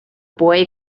boy